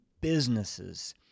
businesses